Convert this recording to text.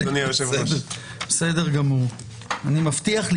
השאלה אם יש לנו